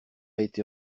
été